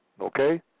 Okay